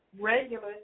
regular